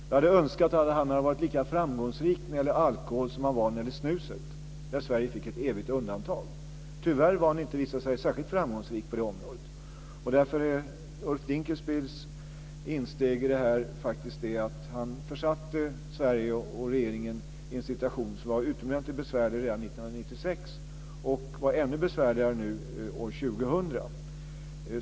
Jag skulle ha önskat att han hade varit lika framgångsrik när det gäller alkoholen som han var när det gäller snuset, där Sverige fick ett evigt undantag. Tyvärr har han inte visat sig vara särskilt framgångsrik på detta område. Därför är Ulf Dinkelspiels insteg i detta det att han försatte Sverige och regeringen i en situation som var utomordentligt besvärlig redan 1996, och som är ännu besvärligare nu, år 2000.